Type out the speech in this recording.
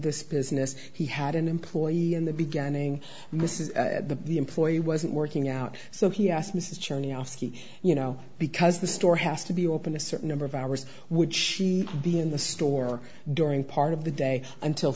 this business he had an employee in the beginning and this is the employee wasn't working out so he asked mrs janney ascii you know because the store has to be open a certain number of hours would she be in the store during part of the day until